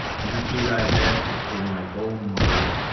into thy basket, for my golden bowl,